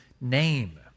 name